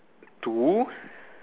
two